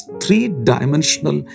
three-dimensional